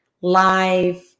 live